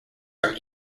from